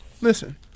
listen